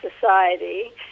society